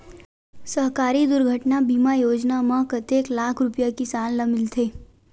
सहकारी दुर्घटना बीमा योजना म कतेक लाख रुपिया किसान ल मिलथे?